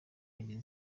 bagize